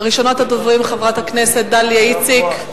ראשונת הדוברים, חברת הכנסת דליה איציק,